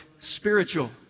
spiritual